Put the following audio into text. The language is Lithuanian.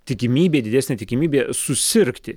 tikimybė didesnė tikimybė susirgti